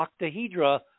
octahedra